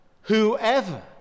whoever